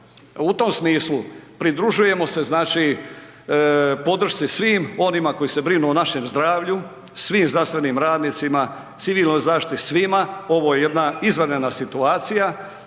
u tom smislu pridružujemo se znači podršci svim onima koji se brinu o našem zdravlju, svim znanstvenim radnicima, civilnoj zaštiti, svima, ovo je jedna izvanredna situacija.